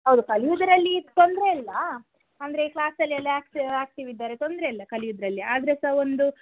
ಹೌದು ಕಲಿಯುದರಲ್ಲಿ ತೊಂದರೆಯಿಲ್ಲ ಅಂದರೆ ಕ್ಲಾಸಲ್ಲೆಲ್ಲ ಆ್ಯಕ್ಚಿ ಆ್ಯಕ್ಟಿವ್ ಇದ್ದಾರೆ ತೊಂದರೆಯಿಲ್ಲ ಕಲಿಯುದರಲ್ಲಿ ಆದರೆ ಸಹ ಒಂದು